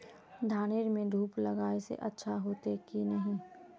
धानेर में धूप लगाए से अच्छा होते की नहीं?